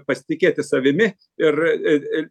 pasitikėti savimi ir